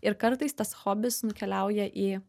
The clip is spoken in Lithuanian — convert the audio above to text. ir kartais tas hobis nukeliauja į